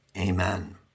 Amen